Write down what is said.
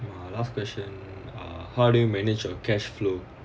last question uh how do you manage your cash flow